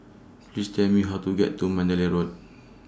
Please Tell Me How to get to Mandalay Road